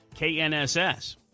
KNSS